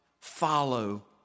follow